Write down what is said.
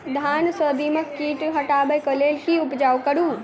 धान सँ दीमक कीट हटाबै लेल केँ उपाय करु?